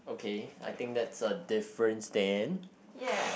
okay I think that's a difference then